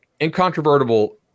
incontrovertible